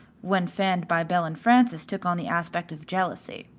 when fanned by belle and frances took on the aspect of jealousy.